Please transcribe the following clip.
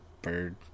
bird